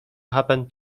happen